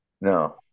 No